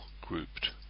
grouped